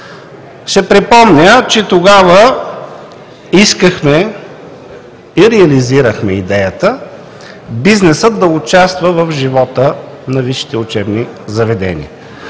Ще припомня, че тогава искахме и реализирахме идеята бизнесът да участва в живота на висшите учебни заведения.